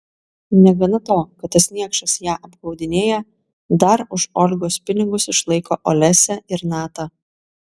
negana to kad tas niekšas ją apgaudinėja dar už olgos pinigus išlaiko olesią ir natą